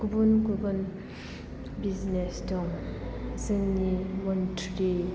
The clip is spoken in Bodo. गुबुन गुबुन बिजनेस दं जोंनि मनत्रि